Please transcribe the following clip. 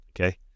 Okay